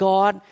God